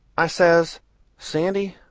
i says sandy,